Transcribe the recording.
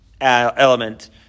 element